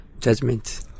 judgment